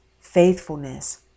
faithfulness